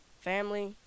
family